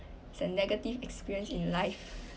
is a negative experience in life